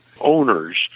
owners